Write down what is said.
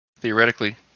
theoretically